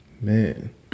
man